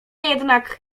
jednak